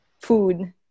food